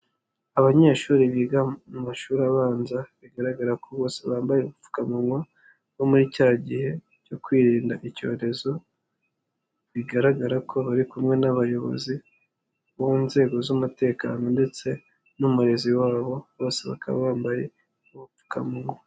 Abanyeshuri biga mu mashuri abanza, bigaragara ko bose bambaye ubupfukamunwa nko muri cya gihe cyo kwirinda icyorezo, bigaragara ko bari kumwe n'abayobozi bo mu nzego z'umutekano ndetse n'umurezi wabo, bose bakaba bambaye ubupfukamunwa.